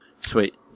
Sweet